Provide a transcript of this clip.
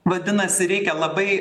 vadinasi reikia labai